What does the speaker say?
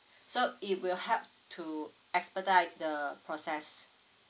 so it will help to expedite the process